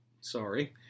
sorry